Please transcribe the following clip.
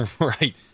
right